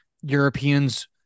Europeans